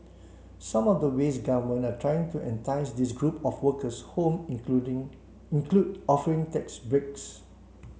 some of the ways governments are trying to entice this group of workers home including include offering tax breaks